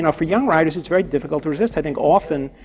and for young writers, it's very difficult to resist. i think often,